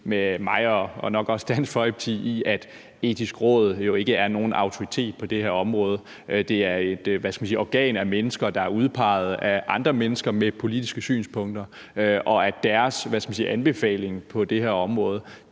med mig og nok også Dansk Folkeparti i, at Det Etiske Råd jo ikke er nogen autoritet på det her område, men at det – hvad skal man sige – er et organ af mennesker, der er udpeget af andre mennesker med politiske synspunkter, og at deres anbefaling på det her område